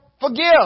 forgive